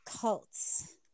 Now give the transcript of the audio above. cults